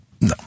No